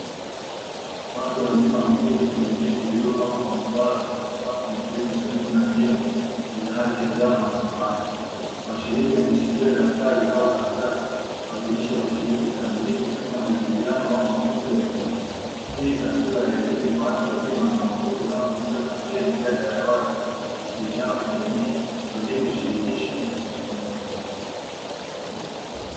Watu wazima wameketi kwenye viti vilivyopangwa kwa mduara katika sakafu ya zege karibu na jengo lenye rangi ya njano na samawati. Washiriki wameshikilia daftari au karatasi wakionyesha kushiriki kikamilifu katika majadiliano au mafunzo ya kikundi. Hii ni taswira ya elimu kwa watu wazima na mafunzo yanayofanyika kwa njia ya mijadala ya wazi, ushirikiano wa kijamii na mbinu shirikishi za kujifunza.